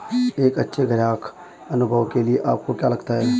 एक अच्छे ग्राहक अनुभव के लिए आपको क्या लगता है?